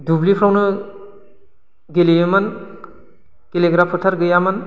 दुब्लिफ्रावनो गेलेयोमोन गेलेग्रा फोथार गैयामोन